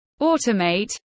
Automate